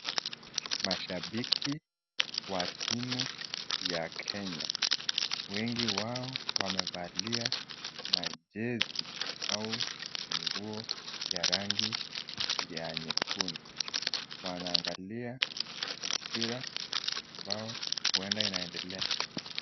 Mashabiki wa timu ya Kenya. Wengi wao wamevalia majezi au nguo ya rangi ya nyekundu. Wanaangalia mpira ambao huenda inaendelea.